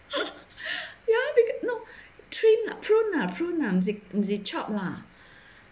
ya bec~ no trim prune lah prune lah mm si chop lah